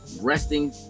resting